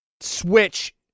Switch